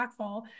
impactful